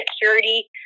security